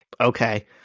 okay